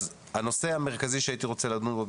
אז הנושא המרכזי שהייתי רוצה לדון בו,